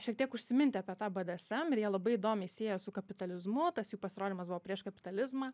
šiek tiek užsiminti apie tą bdsm ir jie labai įdomiai sieja su kapitalizmu o tas jų pasirodymas buvo prieš kapitalizmą